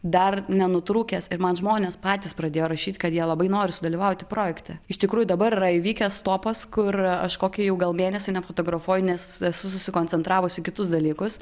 dar nenutrūkęs ir man žmonės patys pradėjo rašyt kad jie labai nori sudalyvauti projekte iš tikrųjų dabar yra įvykęs stopas kur aš kokį jau gal mėnesį nefotografuoju nes esu susikoncentravus į kitus dalykus